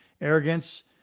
arrogance